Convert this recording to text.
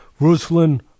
Ruslan